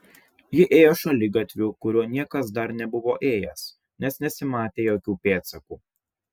ji ėjo šaligatviu kuriuo niekas dar nebuvo ėjęs nes nesimatė jokių pėdsakų